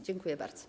Dziękuję bardzo.